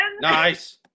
Nice